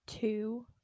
Two